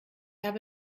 habe